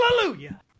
Hallelujah